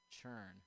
Churn